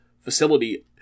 facility